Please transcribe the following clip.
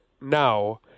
now